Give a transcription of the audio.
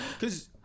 Cause